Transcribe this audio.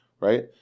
right